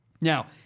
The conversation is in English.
Now